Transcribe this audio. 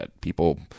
people